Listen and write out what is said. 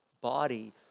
body